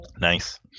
Nice